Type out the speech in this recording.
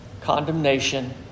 condemnation